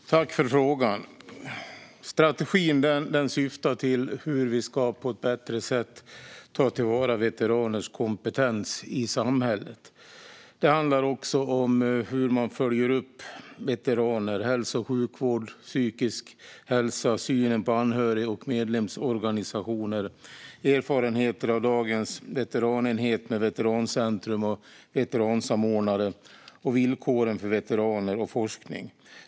Fru talman! Jag tackar för frågan. Strategin syftar till hur vi på ett bättre sätt ska ta till vara veteraners kompetens i samhället. Det handlar också om hur man följer upp veteraner, hälso och sjukvård, psykisk hälsa, synen på anhörig och medlemsorganisationer, erfarenheter av dagens veteranenhet med veterancentrum och veteransamordnare och villkoren för veteraner och forskning.